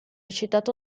citato